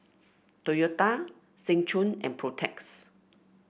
Toyota Seng Choon and Protex